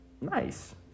Nice